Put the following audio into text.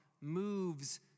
moves